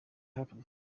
happen